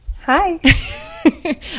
Hi